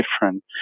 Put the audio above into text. different